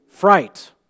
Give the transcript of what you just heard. fright